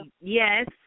yes